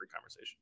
conversation